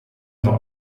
not